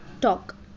talk